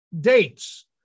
dates